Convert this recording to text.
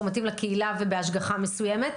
או מתאים לקהילה ובהשגחה מסוימת.